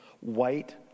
white